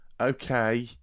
Okay